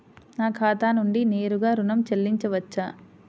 నా ఖాతా నుండి నేరుగా ఋణం చెల్లించవచ్చా?